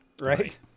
right